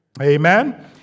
Amen